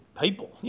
people